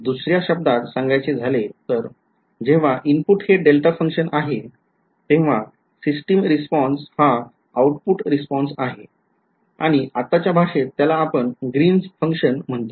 दुसऱ्या शब्दात सांगायचे झाले तर जेव्हा इनपुट हे डेल्टा function आहे तेव्हा सिस्टिम रिस्पॉन्स हा आउटपुट रिस्पॉन्स आहे आणि आत्ताच्या भाषेत त्याला आपण ग्रीनस फंक्शन म्हणतोय